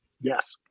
Yes